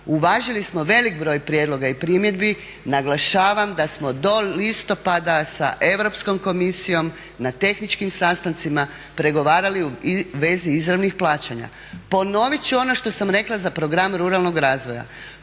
uvažili smo veliki broj prijedloga i primjedbi. Naglašavam da smo do listopada sa Europskom komisijom na tehničkim sastancima pregovarali u vezi izravnih plaćanja. Ponovit ću ono što sam rekla za program ruralnog razvoja.